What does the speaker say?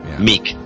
Meek